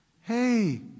hey